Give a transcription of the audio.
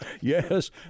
Yes